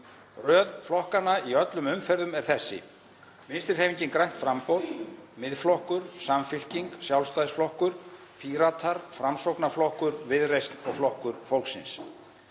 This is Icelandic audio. Röð flokkanna í öllum umferðum er þessi: Vinstrihreyfingin – grænt framboð, Miðflokkurinn, Samfylkingin, Sjálfstæðisflokkur, Píratar, Framsóknarflokkur, Viðreisn og Flokkur fólksins.